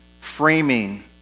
framing